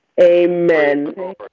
Amen